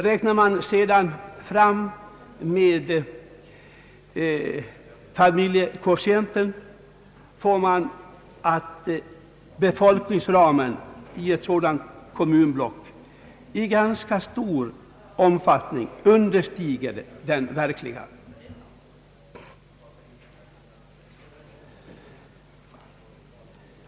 Räknar man sedan med familjekoefficienten, får man en befolkningsram som ganska avsevärt understiger den verkliga.